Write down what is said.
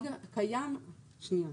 שנייה,